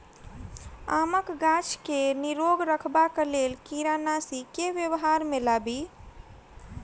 आमक गाछ केँ निरोग रखबाक लेल केँ कीड़ानासी केँ व्यवहार मे लाबी?